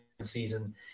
season